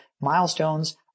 Milestones